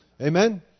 Amen